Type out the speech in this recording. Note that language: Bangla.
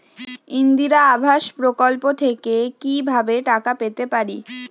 ইন্দিরা আবাস প্রকল্প থেকে কি ভাবে টাকা পেতে পারি?